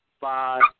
Five